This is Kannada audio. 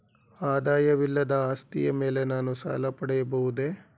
ಆದಾಯವಿಲ್ಲದ ಆಸ್ತಿಯ ಮೇಲೆ ನಾನು ಸಾಲ ಪಡೆಯಬಹುದೇ?